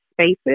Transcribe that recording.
spaces